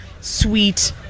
sweet